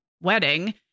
wedding